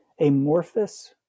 Amorphous